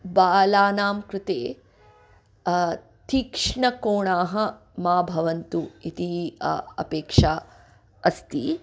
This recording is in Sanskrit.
बालानां कृते तीक्ष्णकोणाः मा भवन्तु इति अपेक्षा अस्ति